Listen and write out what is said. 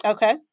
Okay